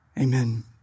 Amen